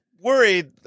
worried